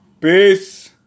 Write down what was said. Peace